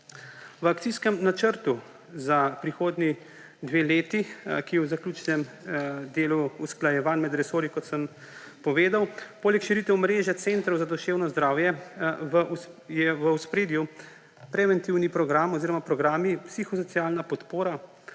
V Akcijskem načrtu za prihodnji dve leti, ki v zaključnem delu usklajevanj med resorji, kot sem povedal, je poleg širitev mreže centrov za duševno zdravje v ospredju preventivni program oziroma programi: psihosocialna podpora,